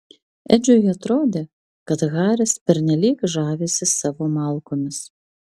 edžiui atrodė kad haris pernelyg žavisi savo malkomis